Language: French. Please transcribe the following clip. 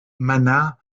mana